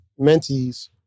mentees